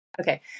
Okay